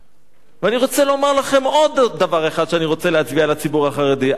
ואני רוצה לומר לכם עוד דבר אחד שאני רוצה להצביע על הציבור החרדי: אתם,